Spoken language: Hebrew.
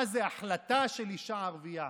מה זה החלטה של אישה ערבייה?